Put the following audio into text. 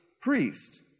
priest